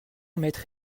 mètre